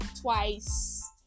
twice